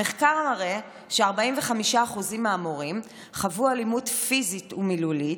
המחקר המראה ש-45% מהמורים חוו אלימות פיזית ומילולית,